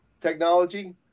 technology